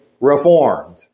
reformed